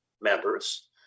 members